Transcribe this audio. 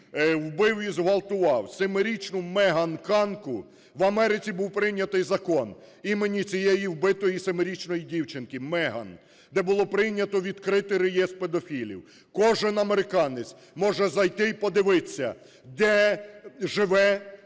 вбив і зґвалтував семирічну Меган Канку, в Америці був прийнятий закон імені цієї вбитої семирічної дівчинки Меган, де було прийнято відкритий реєстр педофілів. Кожен американець може зайти і подивитися, де живуть